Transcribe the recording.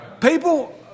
People